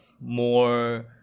more